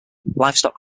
livestock